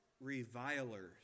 revilers